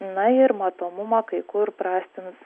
na ir matomumą kai kur prastins